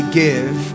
give